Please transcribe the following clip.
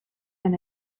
than